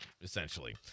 essentially